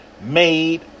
made